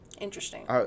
Interesting